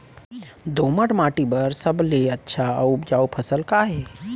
दोमट माटी बर सबले अच्छा अऊ उपजाऊ फसल का हे?